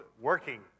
working